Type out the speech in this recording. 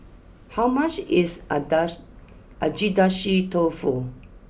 how much is Adashi Agedashi Dofu